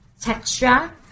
texture